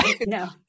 No